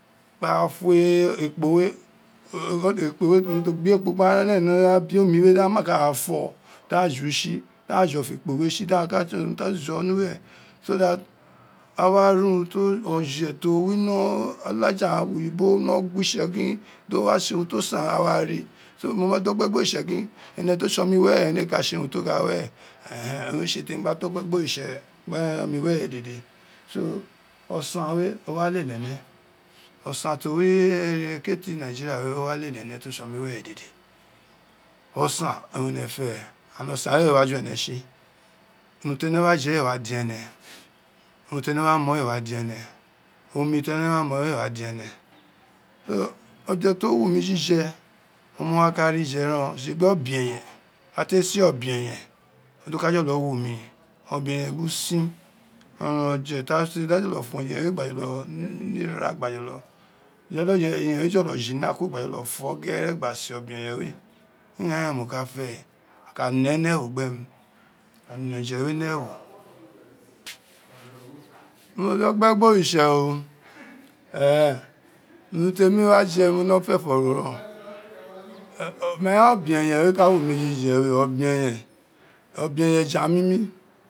Bo jo ekpo we urun to gba ekpo gba ren ni abiomi we da ma ka re gba ra fo da ren ju tsi da ju ofo ekpo we tsi so that awu ri urun oje to wino ti olaja gha oyibo no gwi tse gin do wa tse urun ti san we awa ri so mo mo do kpe gbo tse gin ene to tse omu were ene ee ka tse urun ti o gha were owoma re tse temi gba ka so osan we o wa lele ene ene osan to wi ekele ini gerin we o wa lele ene to tse oma iwene ate de osun orun ene fe and osan we ee wa ee wa re ji ene tsi wurun teme wa je ee wa dene urun tene wa mon ee wa di ene owi tene wa moin ee diene so oje to wu mi jije owun in wa ka ri je ren o tsi tsi egbe obe eyen bi te se obe eyen do ka jolo wu uri obe eyen biri usin orouron one ta se da jolo fo eyen we gba jolo ni ra gba jolo je di eyen we fina kuro gba jolo fo ghere gba se obe eyen we igba re mo ka fe a ka ne ri ewo gbe ni a ka ne oje we ni ewo mo do kpe go ri tse urun temi wa ju orowun ino wino fofo ro ma obe eyen e ka wu mi jije obe eyen obe eyen eja mimi